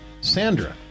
sandra